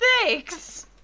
thanks